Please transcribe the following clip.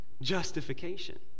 justification